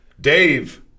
Dave